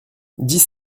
dix